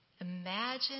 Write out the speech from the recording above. Imagine